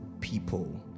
people